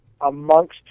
amongst